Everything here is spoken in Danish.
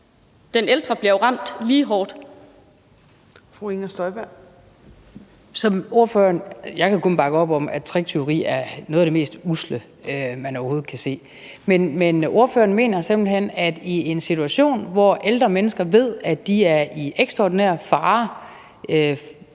Fru Inger Støjberg. Kl. 13:45 Inger Støjberg (V): Jeg kan kun bakke op om, at tricktyveri er noget af det mest usle, man overhovedet kan se. Men ordføreren mener simpelt hen, at i en situation, hvor ældre mennesker ved, at de er i ekstraordinær fare,